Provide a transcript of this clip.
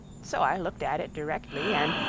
so i looked at it directly, and,